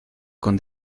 con